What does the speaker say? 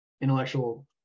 intellectual